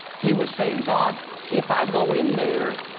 he was saying god if i go in there,